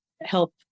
help